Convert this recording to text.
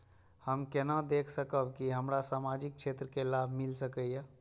हम केना देख सकब के हमरा सामाजिक क्षेत्र के लाभ मिल सकैये?